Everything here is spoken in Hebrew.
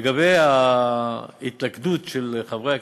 לגבי ההתלכדות של חברי הכנסת,